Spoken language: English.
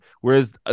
whereas